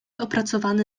opracowany